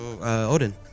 Odin